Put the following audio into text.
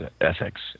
Ethics